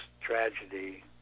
tragedy